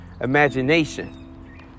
imagination